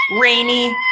rainy